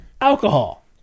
alcohol